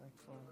מה יקרה.